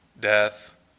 death